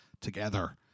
together